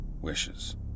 wishes